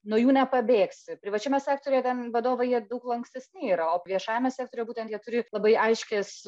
nuo jų nepabėgsi privačiame sektoriuje ten vadovai jie daug lankstesni yra o viešajame sektoriuje būtent jie turi labai aiškias